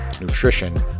nutrition